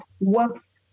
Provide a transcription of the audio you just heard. works